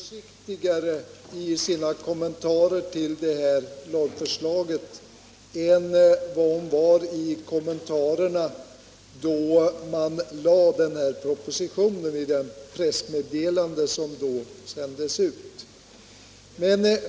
Herr talman! Jag skall med hänsyn till omständigheterna fatta mig kort. Jag konstaterar bara att bostadsministern nu är betydligt försiktigare i sina kommentarer till det här lagförslaget än vad hon var i det press 203 meddelande som sändes ut i samband med att propositionen lades.